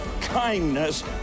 kindness